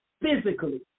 physically